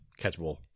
catchable